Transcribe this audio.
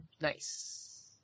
Nice